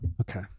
Okay